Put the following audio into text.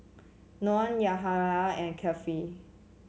Noah Yahaya and Kefli